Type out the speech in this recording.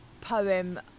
poem